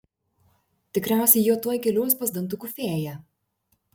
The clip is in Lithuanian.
tikriausiai jie tuoj keliaus pas dantukų fėją